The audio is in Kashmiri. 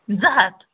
زٕ ہَتھ